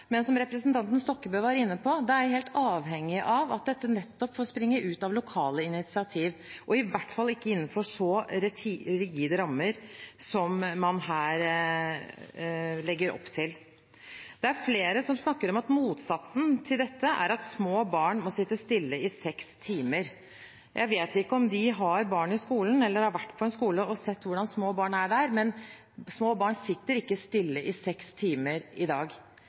Men, som representanten Stokkebø var inne på, det er helt avhengig av at dette nettopp får springe ut av lokale initiativ – i hvert fall ikke innenfor så rigide rammer som man her legger opp til. Det er flere som snakker om at motsatsen til dette er at små barn må sitte stille i seks timer. Jeg vet ikke om de har barn i skolen eller har vært på en skole og sett barn der, men små barn sitter ikke stille i seks timer i dag.